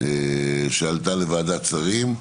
שעלתה לוועדת השרים,